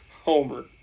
homer